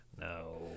No